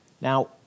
Now